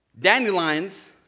Dandelions